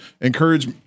encourage